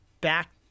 back